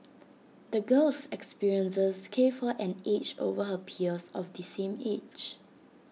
the girl's experiences gave her an edge over her peers of the same age